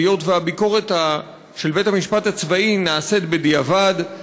היות שהביקורת של בית-המשפט הצבאי נעשית בדיעבד.